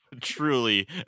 Truly